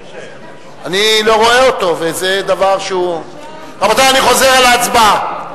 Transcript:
רבותי, אני חוזר על ההצבעה.